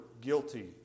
guilty